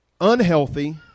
unhealthy